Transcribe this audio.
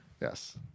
yes